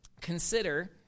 Consider